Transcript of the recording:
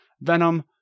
Venom